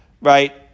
right